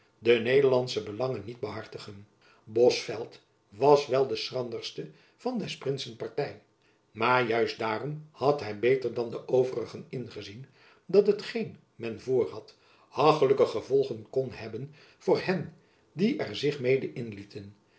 de nederlandsche belangen niet behartigen bosveldt was wel de schranderste van des prinsen party maar juist daarom had hy beter dan de overigen ingezien dat hetgeen men voorhad hachelijke gevolgen kon hebben voor hen die er zich mede inlieten